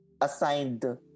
assigned